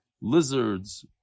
Lizards